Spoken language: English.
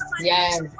Yes